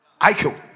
IQ